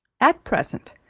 at present,